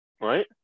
Right